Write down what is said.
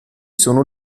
sono